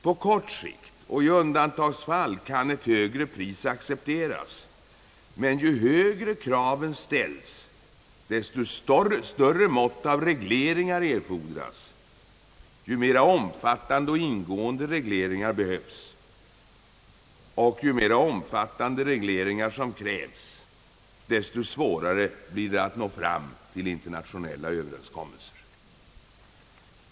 På kort sikt och i undantagsfall kan ett högre pris accepteras, men ju högre kraven ställs, desto större mått av regleringar erfordras, ju mera omfattande och ingående regleringar som krävs, desto svårare blir det att nå fram till internationella överenskommelser.